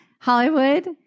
Hollywood